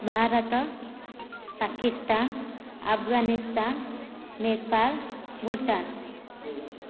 Bharata Pakistan Afghanistan Nepal Bhutan